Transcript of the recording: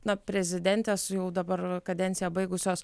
na prezidentės jau dabar kadenciją baigusios